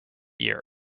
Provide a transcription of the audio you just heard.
year